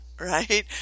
right